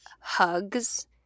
hugs